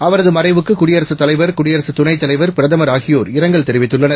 அவரதுமறைவுக்குகுடியரசுதலைவர் குடியரசுதுணைத்தலைவர் பிரதமர்ஆகியோர்இரங்கல்தெரிவித்துள்ளனர்